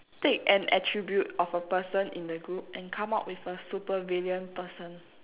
take an attribute of a person in the group and come up with a super villain person